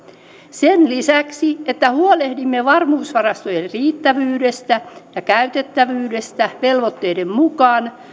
sen lisäksi että huolehdimme varmuusvarastojen riittävyydestä ja käytettävyydestä velvoitteiden mukaan